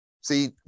See